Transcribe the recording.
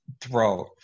throw